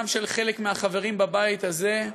גם של חלק מהחברים בבית הזה,